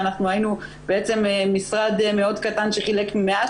שאנחנו היינו בעצם משרד מאוד קטן שחילק מעט